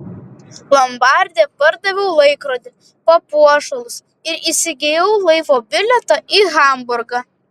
lombarde pardaviau laikrodį papuošalus ir įsigijau laivo bilietą į hamburgą